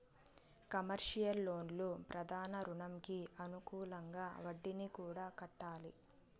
commercial లోన్లు ప్రధాన రుణంకి అనుకూలంగా వడ్డీని కూడా కట్టాలి